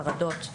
חרדות,